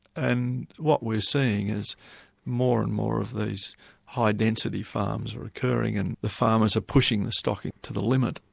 and what we're seeing is more and more of these high density farms are occurring and the farmers are pushing the stock to the limit.